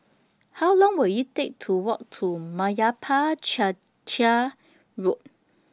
How Long Will IT Take to Walk to Meyappa Chettiar Road